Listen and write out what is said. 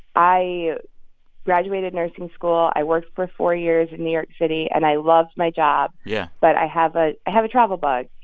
i graduated nursing school. i worked for four years in new york city. and i loved my job yeah but i have ah have a travel bug.